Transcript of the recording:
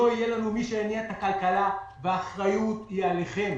מעקב אחר יישום החקיקה בפועל של מענקי הסיוע השונים.